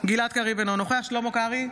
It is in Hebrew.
גלעד קריב, אינו נוכח שלמה קרעי,